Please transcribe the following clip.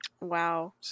Wow